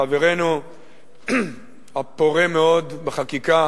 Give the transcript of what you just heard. חברנו הפורה מאוד בחקיקה,